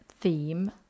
theme